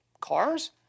cars